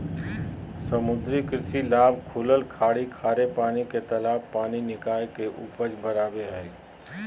समुद्री कृषि लाभ खुलल खाड़ी खारे पानी के तालाब पानी निकाय के उपज बराबे हइ